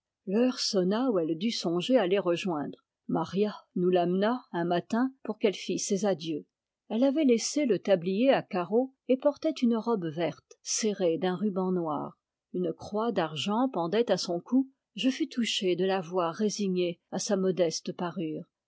l'heure sonna où elle dut songer à les rejoindre maria nous l'amena un matin pour qu'elle fît ses adieux elle avait laissé le tablier à carreaux et portait une robe verte serrée d'un ruban noir une croix d'argent pendait à son cou je fus touché de la voir résignée à sa modeste parure